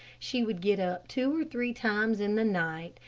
she would get up two or three times in the night,